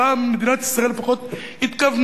פעם מדינת ישראל לפחות התכוונה.